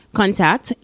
contact